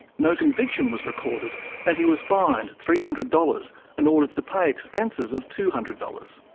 no conviction was recorded and he was fined three hundred dollars and ordered to pay expenses of two hundred dollars.